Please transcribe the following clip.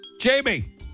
Jamie